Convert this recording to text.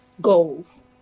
goals